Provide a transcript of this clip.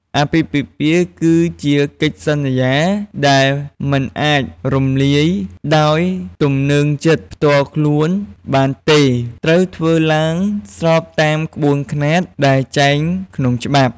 អាពាហ៍ពិពាហ៍គឺជាកិច្ចសន្យាដែលមិនអាចរំលាយដោយទំនើងចិត្តផ្ទាល់ខ្លួនបានទេ ត្រូវធ្វើឡើងស្របតាមក្បួនខ្នាតដែលចែងក្នុងច្បាប់។